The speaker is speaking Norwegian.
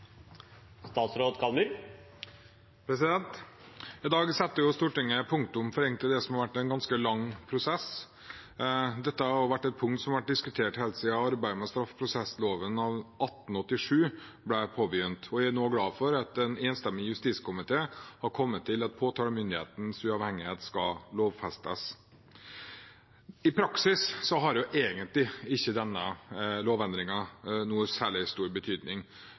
I dag setter Stortinget punktum for det som egentlig har vært en ganske lang prosess. Dette er også et punkt som har vært diskutert helt siden arbeidet med straffeprosessloven av 1887 ble påbegynt. Jeg er nå glad for at en enstemmig justiskomité har kommet til at påtalemyndighetens uavhengighet skal lovfestes. I praksis har ikke denne lovendringen noen særlig stor betydning,